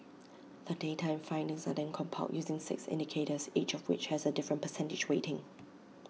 the data and findings are then compiled using six indicators each of which has A different percentage weighting